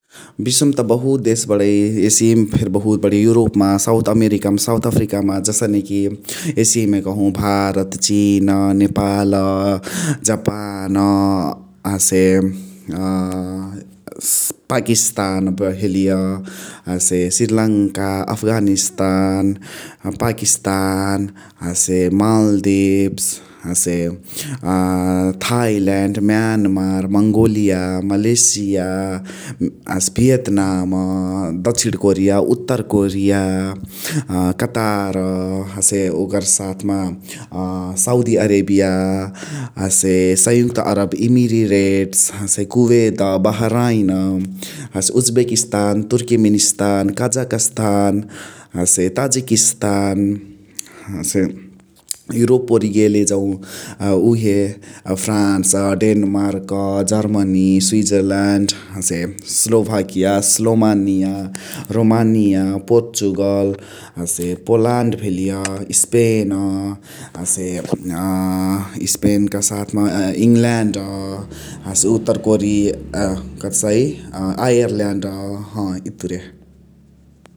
बिश्वमा त बहुत देश बणै । एसिमा फेरी बहुत बणिय, युरोपमा, साउथ अमेरिका मा, साउथ अफृकामा । जसने कि एसिमा कहो भारत, चिन, नेपाल्, जपान हसे पाकिस्तान भेलिय हसे श्रीलङ्का, अफगानिस्तान, पाकिस्तान । हसे मालदिप्स हसे थाइल्यान्ड्, म्यानमार्, मङोलिया, मलेसिय । हसे भिएतनाम । दक्षिण कोरिया, उत्तर कोरिया । अ कतार, हसे ओकर साथमा अ साउदी अरेबिय, हसे सङयुथ अरब इमिरेटस्, कुवैत्, बहराइन । हसे Uzbekistan, Turkistan, Turkmenistan, Kazakhstan Tajikistan. हसे युरोप ओरि गेले जौ अ उहे फ्रान्स, डेनमार्क्, जर्मनि, स्विजरल्यान्ड्, हसे स्लोभकिया, स्लोमानिया, रोमानिया, अ पोर्चुगल हसे पोल्यन्ड भेलिय स्पेन्, अ स्पेन क साथ मा इङल्यान्ड हसे उतर आइर्ल्यन्द ह इतुरे ।